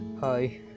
Hi